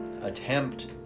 attempt